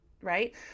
right